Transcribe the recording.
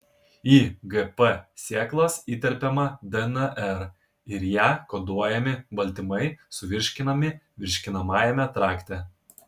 į gp sėklas įterpiama dnr ir ja koduojami baltymai suvirškinami virškinamajame trakte